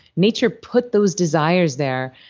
nature put those desires there,